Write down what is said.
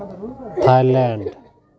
Thailand